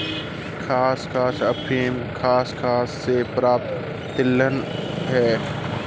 खसखस अफीम खसखस से प्राप्त तिलहन है